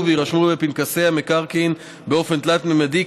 ויירשמו בפנקסי המקרקעין באופן תלת-ממדי,